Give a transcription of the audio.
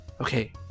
Okay